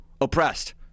oppressed